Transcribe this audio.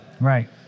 Right